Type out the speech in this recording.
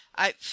I